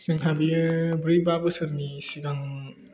जोंहा बेयो ब्रै बा बोसोरनि सिगां